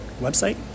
website